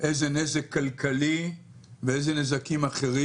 איזה נזק כלכלי ואיזה נזקים אחרים